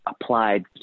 applied